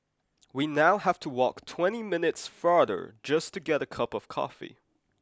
we now have to walk twenty minutes farther just to get a cup of coffee